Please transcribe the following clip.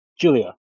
Julia